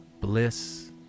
bliss